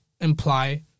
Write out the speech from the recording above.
imply